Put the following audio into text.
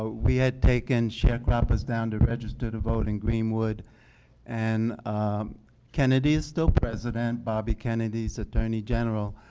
we had taken share croppers down to register to vote in greenwood and kennedy is still president, bobby kennedy is attorney general,